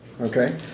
Okay